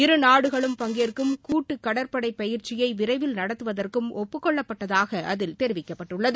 இரு நாடுகளும் பங்கேற்கும் கூட்டு கடற்படை பயிற்சியை விரைவில் நடத்துவதற்கும் ஒப்புக் கொள்ளப்பட்டுள்ளதாக அதில் தெரிவிக்கப்பட்டுள்ளது